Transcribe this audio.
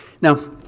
Now